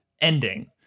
ending